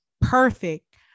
perfect